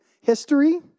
history